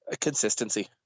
Consistency